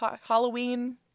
Halloween